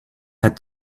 had